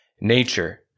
nature